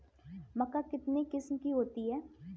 मक्का कितने किस्म की होती है?